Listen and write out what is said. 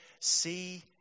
see